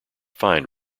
find